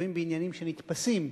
מתערבים בעניינים שנתפסים